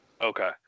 Okay